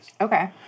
Okay